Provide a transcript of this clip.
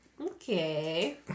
Okay